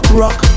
rock